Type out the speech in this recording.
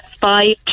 five